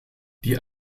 die